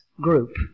group